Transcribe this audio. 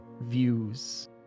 views